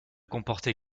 comporter